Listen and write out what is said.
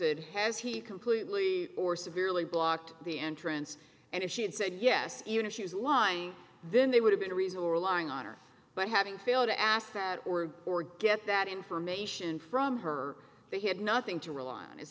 it has he completely or severely blocked the entrance and if she had said yes even if she was lying then they would have been reasonable relying on her but having failed to ask her that were or get that information from her they had nothing to rely on is